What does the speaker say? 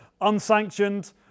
Unsanctioned